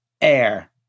air